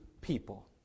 people